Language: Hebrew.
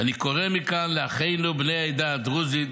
ואני קורא מכאן לאחינו בני העדה הדרוזית